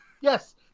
Yes